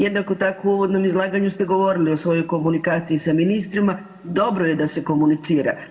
Jednako tako u uvodnom izlaganju ste govorili o svojoj komunikaciji sa ministrima, dobro je da se komunicira.